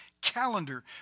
calendar